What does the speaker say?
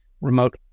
remote